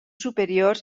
superiors